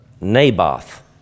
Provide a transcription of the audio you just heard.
Naboth